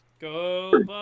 Go